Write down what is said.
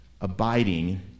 abiding